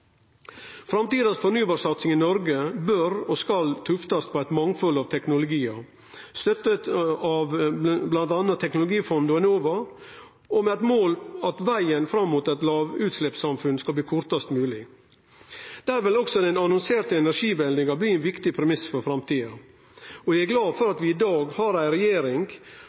Framtidas fornybarsatsing i Noreg bør og skal tuftast på eit mangfald av teknologiar, støtta av bl.a. Teknologifondet og Enova, med mål om at vegen fram mot eit lavutsleppssamfunn blir kortast mogleg. Der vil også den annonserte energimeldinga bli ein viktig premiss for framtida. Eg er glad for at vi i dag har ei regjering